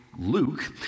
Luke